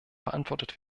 beantwortet